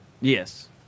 Yes